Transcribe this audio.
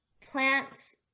plants